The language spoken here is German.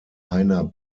heiner